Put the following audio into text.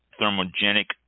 thermogenic